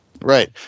Right